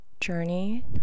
journey